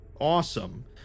awesome